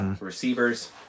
receivers